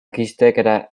gerra